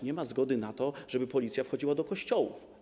Nie ma zgody na to, żeby Policja wchodziła do kościołów.